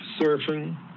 surfing